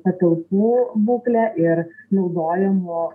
patalpų būklė ir naudojamų